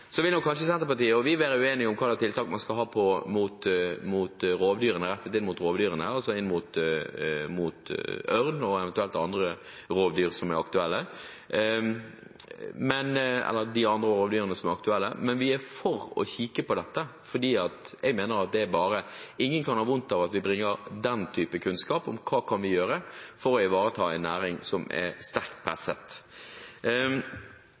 vi være uenige om hvilke tiltak man skal ha rettet inn mot ørn og eventuelle rovdyr som er aktuelle. Men vi er for å se på dette, for ingen kan ha vondt av at vi bringer fram kunnskap om hva vi kan gjøre for å ivareta en næring som er sterkt